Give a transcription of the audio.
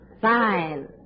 Fine